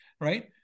right